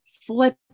flip